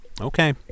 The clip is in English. Okay